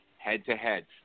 head-to-head